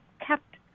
kept